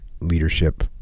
leadership